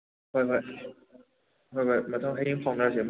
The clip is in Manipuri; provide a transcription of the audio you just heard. ꯍꯣꯏ ꯍꯣꯏ ꯍꯣꯏ ꯚꯥꯏ ꯃꯊꯪ ꯍꯌꯦꯡ ꯐꯥꯎꯅꯔꯁꯦ ꯑꯃꯨꯛ